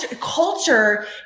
culture